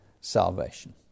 salvation